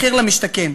מחיר למשתכן.